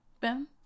Ben